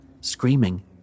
screaming